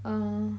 err